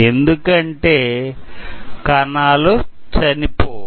ఎందుకంటే కణాలు చనిపోవు